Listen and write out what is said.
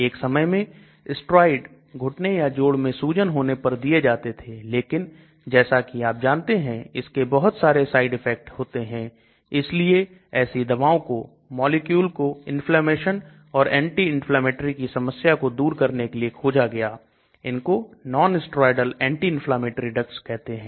एक समय में स्ट्राइड घुटने या जोड़ में सूजन होने पर दिए जाते थे लेकिन जैसा कि आप जानते हैं इसके बहुत सारे साइड इफेक्ट होते हैं इसलिए ऐसी दवाओं को मॉलिक्यूल को इन्फ्लेमेशन और anti inflammatory की समस्या को दूर करने के लिए खोजा गया इनको nonsteroidal anti inflammatory ड्रग्स कहते हैं